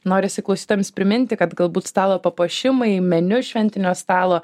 norisi klausytojams priminti kad galbūt stalo papuošimai meniu šventinio stalo